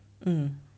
mm